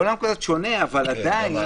הוא עולם קצת שונה, אבל עדיין.